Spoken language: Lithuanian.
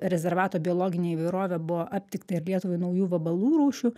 rezervato biologinę įvairovę buvo aptikta ir lietuvai naujų vabalų rūšių